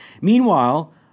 Meanwhile